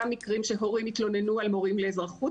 מקרים שהורים התלוננו על מורים לאזרחות,